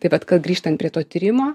tai vat kad grįžtant prie to tyrimo